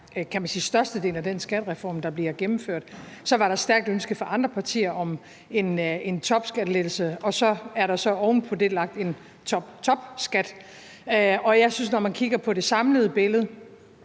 kan man sige, størstedelen af den skattereform, der bliver gennemført. Så var der et stærkt ønske fra andre partier om en topskattelettelse, og så er der oven på det lagt en toptopskat. Og jeg synes, at når man kigger på det samlede billede,